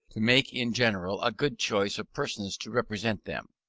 to make in general a good choice of persons to represent them,